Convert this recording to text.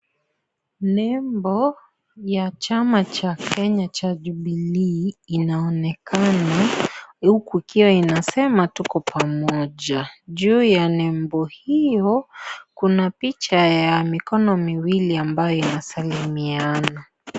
Nembo ya chama cha Kenya cha jubilee inaonekana huku ikiwa inasema tuko pamoja juu ya nembo hiyo kuna picha ya mikono miwili ambayo inasalimiana.